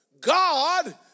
God